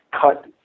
cut